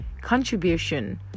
contribution